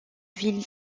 ville